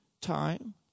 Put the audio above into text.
time